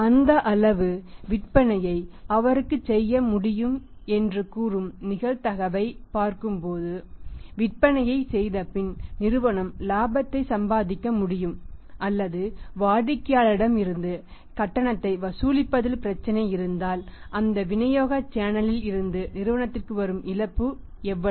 அந்த அளவு விற்பனையை அவருக்குச் செய்ய முடியும் என்று கூறும் நிகழ்தகவைப் பார்க்கும்போது விற்பனையைச் செய்தபின் நிறுவனம் இலாபத்தை சம்பாதிக்க முடியும் அல்லது வாடிக்கையாளரிடம் இருந்து கட்டணத்தை வசூலிப்பதில் பிரச்சனை இருந்தால் அந்த விநியோக சேனலில் இருந்து நிறுவனத்திற்கு வரும் இழப்பு எவ்வளவு